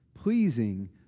Pleasing